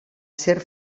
ser